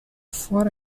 for